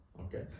okay